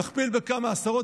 נכפיל בכמה עשרות,